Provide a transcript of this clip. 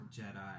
Jedi